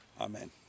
Amen